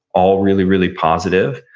all really, really positive,